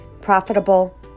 profitable